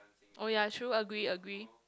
oh ya true agree agree